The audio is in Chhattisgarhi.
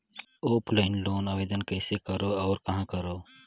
ऑफलाइन लोन आवेदन कइसे करो और कहाँ करो?